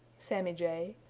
sammy jay,